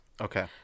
Okay